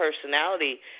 personality